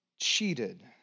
cheated